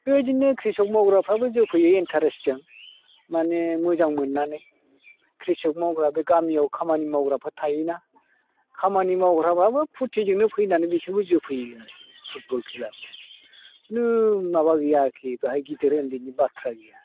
बेबायदिनो ख्रिस'क मावग्राफ्राबो जोफैयो एन्टारेस्टजों माने मोजां मोननानै ख्रिस'क मावग्रा बे गामियाव खामानि मावग्राफोर थायोना खामानि मावग्राबाबो फुर्टिजोंनो फैनानै बिसोरबो जोफैयो आरो फुटबल खेलाखौ कुनु माबा गैया आरोखि बेवहाय गिदिर उन्दैनि बाथ्रा गैया